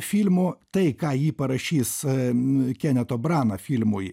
filmų tai ką ji parašys kenetobrana filmui